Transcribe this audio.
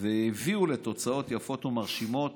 והביאו לתוצאות יפות ומרשימות